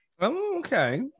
Okay